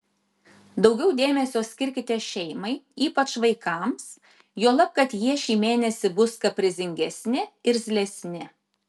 daugiau dėmesio skirkite šeimai ypač vaikams juolab kad jie šį mėnesį bus kaprizingesni irzlesni